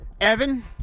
Evan